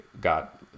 got